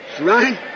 Right